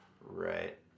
Right